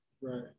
right